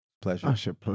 Pleasure